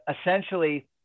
essentially